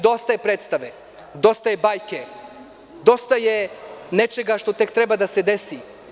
Dosta je predstave, dosta je bajke, dosta je nečega što tek treba da se desi.